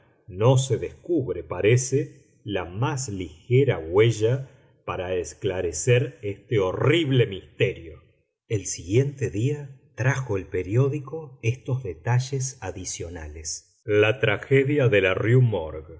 no se descubre parece la más ligera huella para esclarecer este horrible misterio el siguiente día trajo el periódico estos detalles adicionales la tragedia de la rue morgue